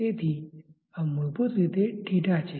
તેથી આ મૂળભૂત રીતે 𝛳 છે